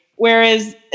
Whereas